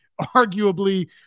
arguably